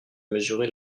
mesuré